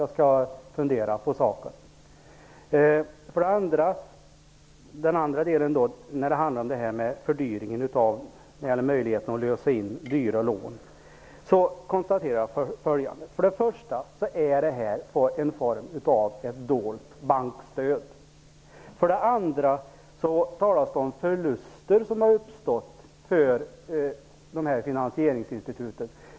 Jag skall fundera på saken. Sedan till frågan om fördyringen när det gäller möjligheterna att lösa in dyra lån. För det första handlar det här om ett slags dolt bankstöd. För det andra talas det om förluster som har uppstått för finansieringsinstituten.